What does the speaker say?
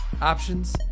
options